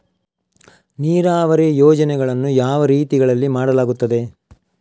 ನೀರಾವರಿ ಯೋಜನೆಗಳನ್ನು ಯಾವ ರೀತಿಗಳಲ್ಲಿ ಮಾಡಲಾಗುತ್ತದೆ?